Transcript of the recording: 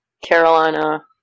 Carolina